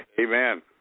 Amen